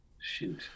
shoot